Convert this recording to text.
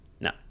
No